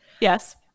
Yes